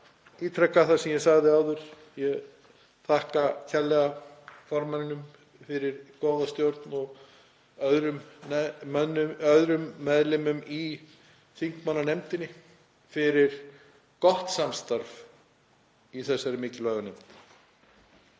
ítreka það sem ég sagði áður: Ég þakka kærlega formanninum fyrir góða stjórn og öðrum meðlimum í þingmannanefndinni fyrir gott samstarf í þessari mikilvægu